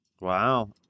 Wow